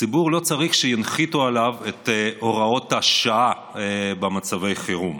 הציבור לא צריך שינחיתו עליו את הוראות השעה במצבי חירום,